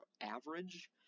average